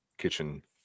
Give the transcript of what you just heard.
Kitchen